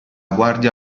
guardia